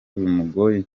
bimugoye